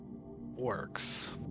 works